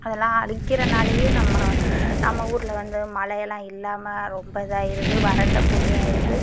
அதெல்லாம் அழிக்கிறதனாலேயே நம்ம நம்ம ஊரில் வந்து மழையெல்லாம் இல்லாமல் ரொம்ப இதாக ஆயிடுது வறண்ட பூமியாக ஆயிடுது